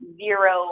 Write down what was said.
zero